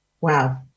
Wow